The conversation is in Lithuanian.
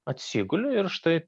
atsiguli ir štai